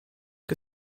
que